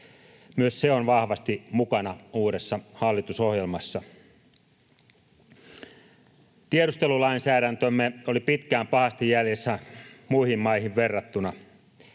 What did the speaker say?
Myös se on vahvasti mukana uudessa hallitusohjelmassa. Tiedustelulainsäädäntömme oli pitkään pahasti jäljessä muihin maihin verrattuna.